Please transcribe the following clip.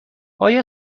آیا